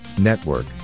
network